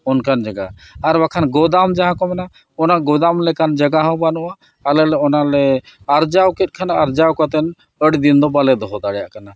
ᱚᱱᱠᱟᱱ ᱡᱟᱭᱜᱟ ᱟᱨ ᱵᱟᱠᱷᱟᱱ ᱜᱩᱫᱟᱢ ᱡᱟᱦᱟᱸ ᱠᱚ ᱢᱮᱱᱟ ᱚᱱᱟ ᱜᱩᱫᱟᱢ ᱞᱮᱠᱟᱱ ᱡᱟᱭᱜᱟ ᱦᱚᱸ ᱵᱟᱹᱱᱩᱜᱼᱟ ᱟᱞᱮ ᱞᱮ ᱚᱱᱟᱞᱮ ᱟᱨᱡᱟᱣ ᱠᱮᱫ ᱠᱷᱟᱱ ᱟᱨᱡᱟᱣ ᱠᱟᱛᱮᱫ ᱟᱹᱰᱤ ᱫᱤᱱ ᱫᱚ ᱵᱟᱞᱮ ᱫᱚᱦᱚ ᱫᱟᱲᱮᱭᱟᱜ ᱠᱟᱱᱟ